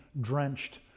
drenched